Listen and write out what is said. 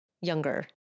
younger